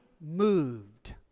moved